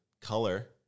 color